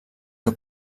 que